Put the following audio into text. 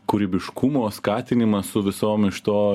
kūrybiškumo skatinimas su visom iš to